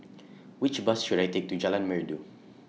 Which Bus should I Take to Jalan Merdu